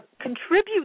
contribute